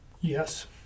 Yes